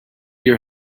your